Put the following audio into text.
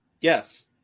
Yes